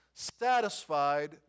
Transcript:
satisfied